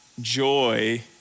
joy